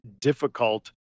difficult